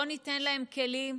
בוא ניתן להם כלים.